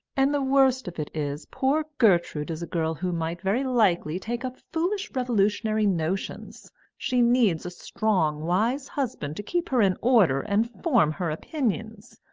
and the worst of it is, poor gertrude is a girl who might very likely take up foolish revolutionary notions she needs a strong wise husband to keep her in order and form her opinions.